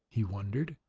he wondered,